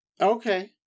Okay